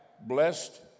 blessed